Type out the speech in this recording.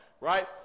right